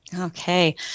Okay